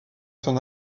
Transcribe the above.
son